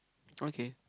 okay